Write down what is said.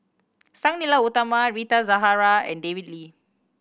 Sang Nila Utama Rita Zahara and David Lee